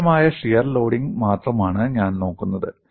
നിരന്തരമായ shear loading മാത്രമാണ് ഞാൻ നോക്കുന്നത്